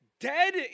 Dead